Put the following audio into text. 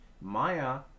maya